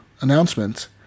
announcements